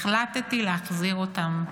החלטתי להחזיר אותם,